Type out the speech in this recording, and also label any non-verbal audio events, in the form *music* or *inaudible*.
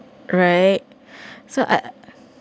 right *breath* so I